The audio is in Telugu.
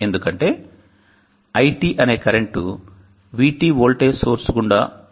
ఎందుకంటే iT అనే కరెంటు VT వోల్టేజ్ సోర్స్ గుండా వెళుతు ఉంటుంది